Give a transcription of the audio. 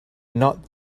not